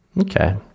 Okay